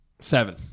Seven